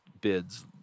bids